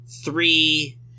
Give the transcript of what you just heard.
three